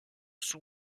sous